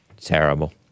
Terrible